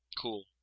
Cool